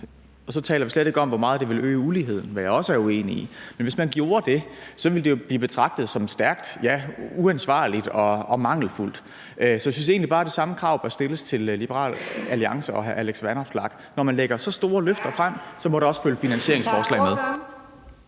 og så taler vi slet ikke om, hvor meget det vil øge uligheden, hvad jeg også er uenig i – ville det jo blive betragtet som stærkt, ja, uansvarligt og mangelfuldt. Så jeg synes egentlig bare, det samme krav bør stilles til Liberal Alliance og hr. Alex Vanopslagh. Når man lægger så store løfter frem, må der også følge finansieringsforslag med.